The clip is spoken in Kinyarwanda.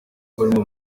burimo